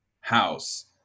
house